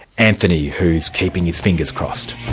anthony, who's keeping his fingers crossed.